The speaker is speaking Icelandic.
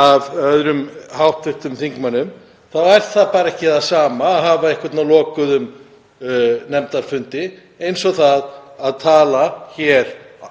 af öðrum hv. þingmönnum þá er það bara ekki það sama að hafa einhvern á lokuðum nefndarfundi eins og að tala í